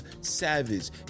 savage